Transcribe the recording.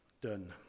done